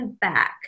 back